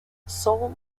sole